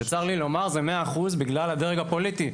וצר לי לומר, זה מאה אחוז בגלל הדרג הפוליטי.